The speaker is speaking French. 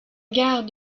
gare